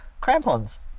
crampons